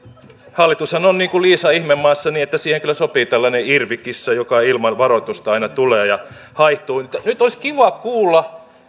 hallitushan on kuin liisa ihmemaassa niin että siihen kyllä sopii tällainen irvikissa joka ilman varoitusta aina tulee ja haihtuu nyt olisi kiva kuulla